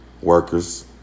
workers